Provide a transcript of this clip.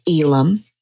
Elam